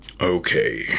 Okay